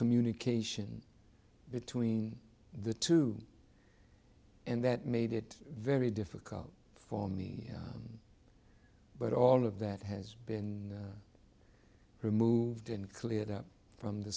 communication between the two and that made it very difficult for me but all of that has been removed and cleared up from the